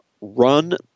Run